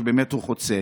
שבאמת הוא חוצה,